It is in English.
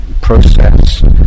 process